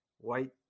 white